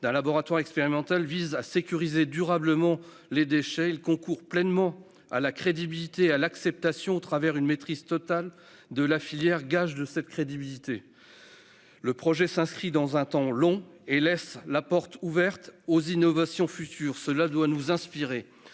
d'un laboratoire expérimental, vise à sécuriser durablement les déchets. Il concourt pleinement à la crédibilité et à l'acceptation du nucléaire, au travers d'une maîtrise totale de la filière. Il s'inscrit dans un temps très long et laisse la porte ouverte aux innovations futures. Cela doit nous inspirer.